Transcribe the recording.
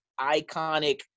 iconic